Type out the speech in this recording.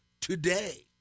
today